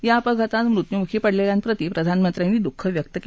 या अपघातात मृत्यूमुखी पडलेल्यांप्रती प्रधानमंत्र्यांनी दुःख व्यक्त केलं आहे